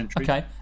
Okay